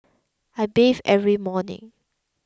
I bathe every morning